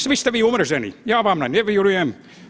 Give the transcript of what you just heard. Svi ste vi umreženi, ja vama ne vjerujem.